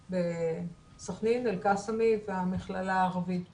בסחנין, אל קאסמי והמכללה הערבית בחיפה,